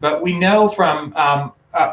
but we know from